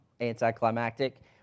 Anticlimactic